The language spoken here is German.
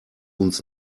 uns